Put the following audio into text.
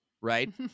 Right